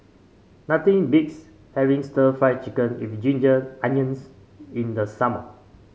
nothing beats having stir Fry Chicken with Ginger Onions in the summer